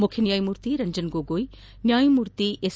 ಮುಖ್ಯನ್ಲಾಯಮೂರ್ತಿ ರಂಜನ್ ಗೋಗೊಯಿ ನ್ಲಾಯಮೂರ್ತಿ ಎಸ್